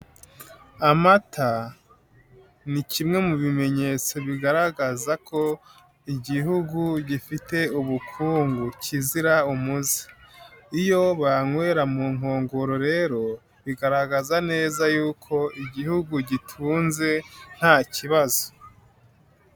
Amata ni kimwe mu bimenyetso bigaragaza ko igihugu gifite ubukungu kizira umuze, iyo bayanywera mu nkongoro rero, bigaragaza neza yuko igihugu gitunze nta kibazo.